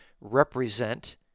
represent